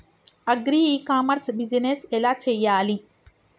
Agri e commerce business ఎలా చెయ్యాలి?